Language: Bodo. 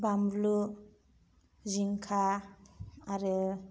बानलु जिंखा आरो